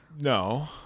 no